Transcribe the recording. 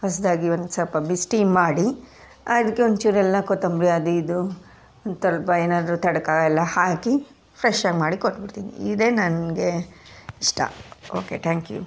ಹೊಸದಾಗಿ ಒಂದು ಸ್ವಲ್ಪ ಬಿ ಸ್ಟೀಮ್ ಮಾಡಿ ಅದಕ್ಕೆ ಒಂಚೂರು ಎಲ್ಲ ಕೊತ್ತಂಬರಿ ಅದು ಇದು ಒಂದು ಸ್ವಲ್ಪ ಏನಾದರೂ ತಡ್ಕ ಎಲ್ಲ ಹಾಕಿ ಫ್ರೆಶ್ ಆಗಿ ಮಾಡಿ ಕೊಟ್ಟುಬಿಡ್ತೀನಿ ಇದೇ ನನಗೆ ಇಷ್ಟ ಓಕೆ ಥ್ಯಾಂಕ್ ಯು